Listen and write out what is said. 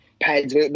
pads